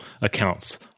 accounts